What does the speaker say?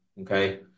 okay